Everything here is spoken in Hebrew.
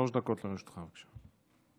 שלוש דקות לרשותך, בבקשה.